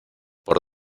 por